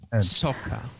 soccer